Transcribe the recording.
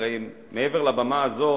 הרי מעבר לבמה הזו,